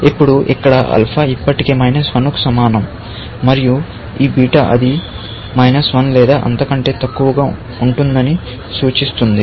ఇప్పుడు ఇక్కడ ఆల్ఫా ఇప్పటికే కు సమానం మరియు ఈ బీటా అది లేదా అంతకంటే తక్కువగా ఉంటుందని సూచిస్తుంది